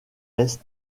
est